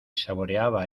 saboreaba